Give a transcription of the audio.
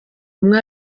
umwe